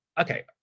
Okay